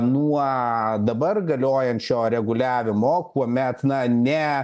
nuo dabar galiojančio reguliavimo kuomet na ne